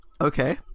Okay